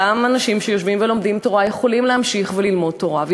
אותם אנשים שיושבים ולומדים תורה יכולים להמשיך וללמוד תורה,